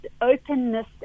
openness